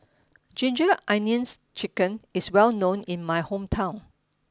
ginger onions chicken is well known in my hometown